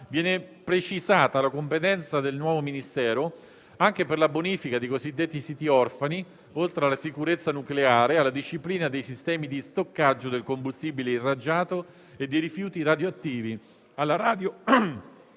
viene precisata la competenza del nuovo Ministero anche per la bonifica dei cosiddetti siti orfani, oltre alla sicurezza nucleare, alla disciplina dei sistemi di stoccaggio del combustibile irraggiato e dei rifiuti radioattivi,